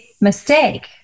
mistake